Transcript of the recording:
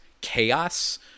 chaos